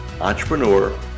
entrepreneur